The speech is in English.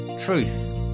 truth